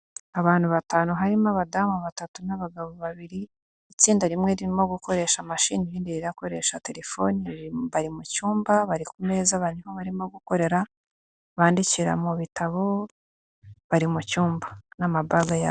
Abantu batanu harimo abadamu batatu n'abagabo babiri, itsinda rimwe ririmo gukoresha mashini, irindi rikoresha telefone, mu cyumba bari ku meza, barimo gukorera bandikira mu bitabo, bari mu cyumba n'amabaga yabo.